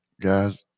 Guys